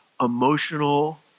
emotional